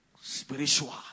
Spiritual